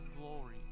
glory